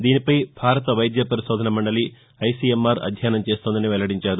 దీనిపై భారత వైద్య పరిశోధన మండలి ఐసీఎంఆర్ అధ్యయనం చేస్తోందని వెల్లడించారు